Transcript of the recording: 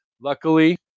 Luckily